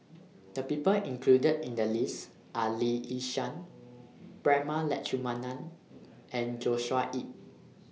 The People included in The list Are Lee Yi Shyan Prema Letchumanan and Joshua Ip